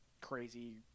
crazy